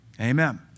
Amen